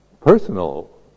personal